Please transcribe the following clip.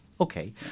Okay